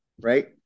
right